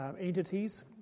entities